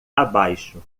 abaixo